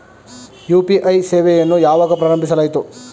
UPI ಸೇವೆಯನ್ನು ಯಾವಾಗ ಪ್ರಾರಂಭಿಸಲಾಯಿತು?